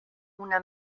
una